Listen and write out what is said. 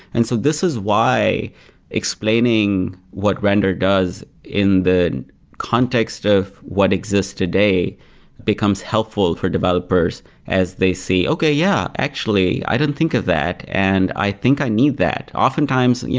and so this is why explaining what render does in the context of what exists today becomes helpful for developers as they see okay, yeah, actually i don't think of that and i think i need that. oftentimes, yeah